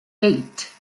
eight